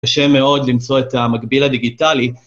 גרשון הזין